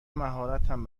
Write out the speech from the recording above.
مهارتم